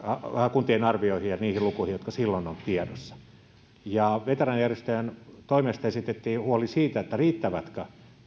kuntien arvioihin ja niihin lukuihin jotka silloin ovat tiedossa veteraanijärjestöjen toimesta esitettiin huoli siitä riittävätkö